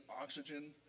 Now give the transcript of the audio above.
oxygen